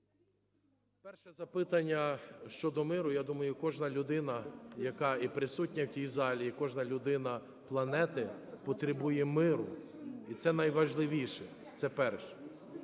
Перше запитання щодо миру. Я думаю, кожна людина, яка і присутня в цій залі, і кожна людина планети потребує миру. І це найважливіше. Це перше.